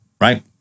right